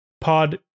pod